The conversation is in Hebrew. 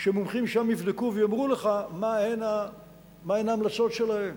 שמומחים שלנו יבדקו ויאמרו לך מה הן ההמלצות שלהם.